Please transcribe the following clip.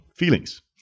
feelings